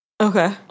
Okay